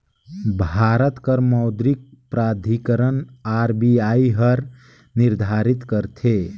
भारत कर मौद्रिक प्राधिकरन आर.बी.आई हर निरधारित करथे